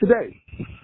today